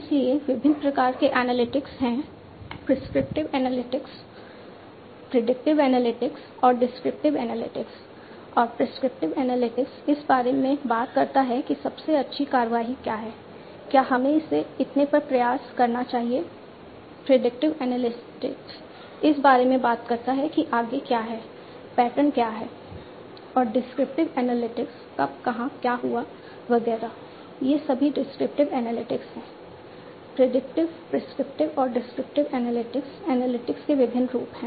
इसलिए विभिन्न प्रकार के एनालिटिक्स हैं प्रिस्क्रिप्टिव एनालिटिक्स एनालिटिक्स के विभिन्न रूप हैं